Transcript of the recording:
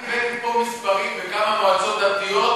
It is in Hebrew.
אני הבאתי פה מספרים של כמה מועצות דתיות,